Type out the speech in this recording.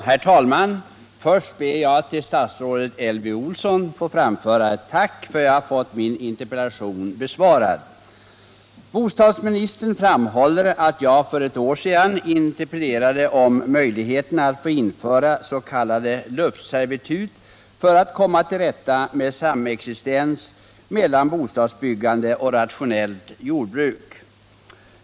Herr talman! Jag ber att till statsrådet Elvy Olsson få framföra ett tack för att jag har fått min interpellation besvarad. Bostadsministern anför att jag för ett år sedan interpellerade om möj ligheten att införa s.k. luktservitut för att komma till rätta med samexistens mellan bostadsbyggande och rationell lantbruksdrift.